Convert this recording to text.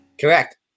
correct